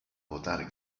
votar